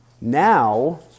Now